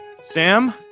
Sam